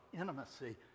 intimacy